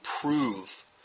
prove